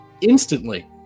instantly